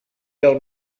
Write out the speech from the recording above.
del